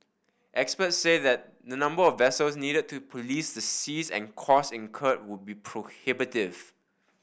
experts say that the number of vessels needed to police the seas and costs incurred would be prohibitive